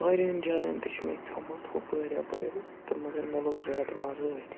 واریاہَن جایَن تہِ چھِ مےٚ کھیوٚمُت ہُپٲرۍ یپٲرۍ تہٕ مگر مےٚ لوٚگ زیادٕ مَزٕ ٲتھۍ